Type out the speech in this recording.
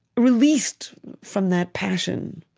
released from that passion,